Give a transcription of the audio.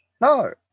No